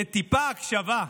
לטיפה הקשבה.